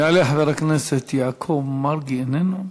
יעלה חבר הכנסת יעקב מרגי, איננו.